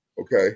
Okay